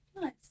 nice